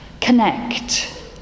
connect